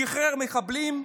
שחרר מחבלים,